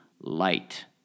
light